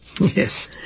Yes